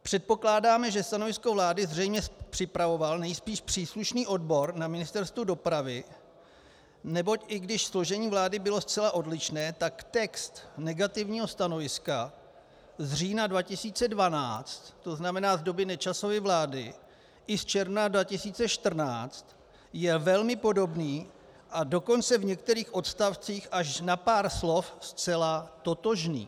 Předpokládáme, že stanovisko vlády zřejmě připravoval nejspíš příslušný odbor na Ministerstvu dopravy, neboť i když složení vlády bylo zcela odlišné, tak text negativního stanoviska z října 2012, to znamená z doby Nečasovy vlády, i z června 2014 je velmi podobný, a dokonce v některých odstavcích až na pár slov zcela totožný.